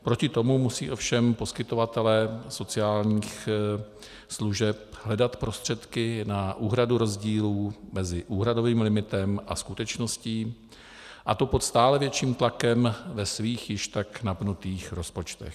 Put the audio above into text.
Proti tomu musí ovšem poskytovatelé sociálních služeb hledat prostředky na úhradu rozdílů mezi úhradovým limitem a skutečností, a to pod stále větším tlakem ve svých již tak napnutých rozpočtech.